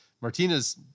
Martinez